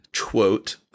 quote